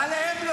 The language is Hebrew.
--- לא צריך.